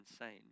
insane